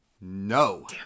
No